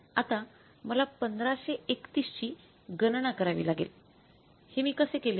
आता मला १५३१ ची गणना करावी लागेल हे मी कसे केले